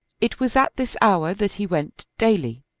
it was at this hour that he went daily,